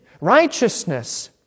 righteousness